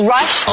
Rush